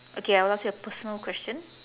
okay I will ask you a personal question